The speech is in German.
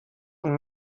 und